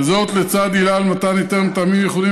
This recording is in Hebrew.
וזאת לצד עילה למתן היתר מטעמים ייחודיים